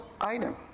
item